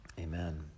Amen